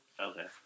Okay